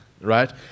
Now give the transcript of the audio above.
right